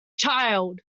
child